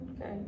Okay